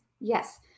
Yes